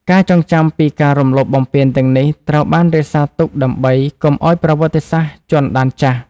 ការចងចាំពីការរំលោភបំពានទាំងនេះ ត្រូវបានរក្សាទុកដើម្បីកុំឱ្យប្រវត្តិសាស្ត្រជាន់ដានចាស់។